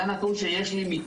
זה הנתון שטלי,